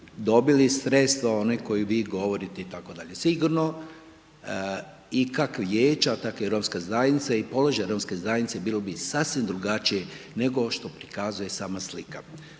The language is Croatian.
dobili sredstva o onoj kojoj vi govorite itd. Sigurno i kako vijeća tako i romska zajednica, položaj romske zajednice, bili bi sasvim drugačije nego što prikazuje sama slika.